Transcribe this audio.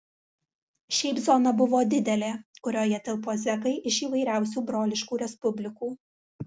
šiaip zona buvo didelė kurioje tilpo zekai iš įvairiausių broliškų respublikų